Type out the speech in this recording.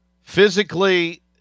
Physically